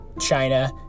China